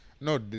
No